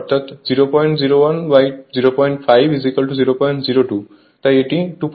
অর্থাৎ 00105002 তাই এটি 2